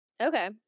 okay